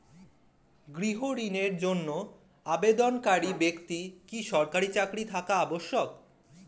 গৃহ ঋণের জন্য আবেদনকারী ব্যক্তি কি সরকারি চাকরি থাকা আবশ্যক?